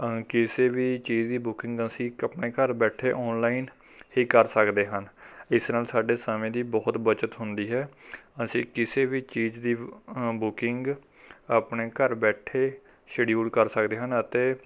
ਕਿਸੇ ਵੀ ਚੀਜ਼ ਦੀ ਬੁਕਿੰਗ ਅਸੀਂ ਆਪਣੇ ਘਰ ਬੈਠੇ ਓਨਲਾਈਨ ਹੀ ਕਰ ਸਕਦੇ ਹਾਂ ਇਸ ਨਾਲ ਸਾਡੇ ਸਮੇਂ ਦੀ ਬਹੁਤ ਬਚਤ ਹੁੰਦੀ ਹੈ ਅਸੀਂ ਕਿਸੇ ਵੀ ਚੀਜ਼ ਦੀ ਬੁਕਿੰਗ ਆਪਣੇ ਘਰ ਬੈਠੇ ਸ਼ਡਿਉਲ ਕਰ ਸਕਦੇ ਹਾਂ ਅਤੇ